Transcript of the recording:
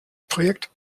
projekt